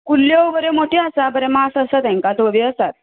कुल्ल्यो बऱ्यो मोट्यो आसा बरें मास आसा तेंका धव्यो आसात